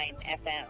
FM